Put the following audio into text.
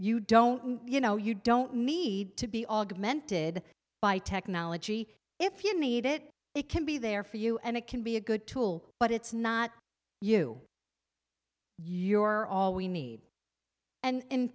you don't you know you don't need to be augmented by technology if you need it it can be there for you and it can be a good tool but it's not you you are all we need and